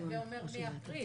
הווה אומר מאפריל.